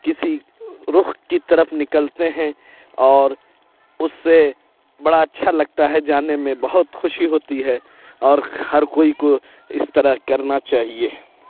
کسی رُخ کی طرف نکلتے ہیں اور اُس سے بڑا اچھا لگتا ہے جانے میں بہت خوشی ہوتی ہے اور ہر کوئی کو اِس طرح کرنا چاہیے